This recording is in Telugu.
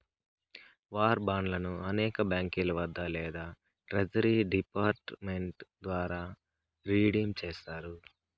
వార్ బాండ్లను అనేక బాంకీల వద్ద లేదా ట్రెజరీ డిపార్ట్ మెంట్ ద్వారా రిడీమ్ చేస్తారు